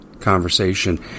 conversation